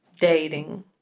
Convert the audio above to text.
dating